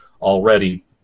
already